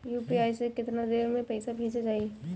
UPI से केतना देर मे पईसा भेजा जाई?